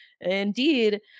indeed